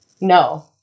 No